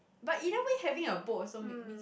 but either way having a boat also make me